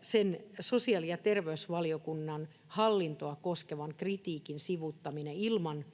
sen sosiaali- ja terveysvaliokunnan hallintoa koskevan kritiikin sivuuttaminen ilman